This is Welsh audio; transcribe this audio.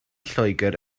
lloegr